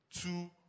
two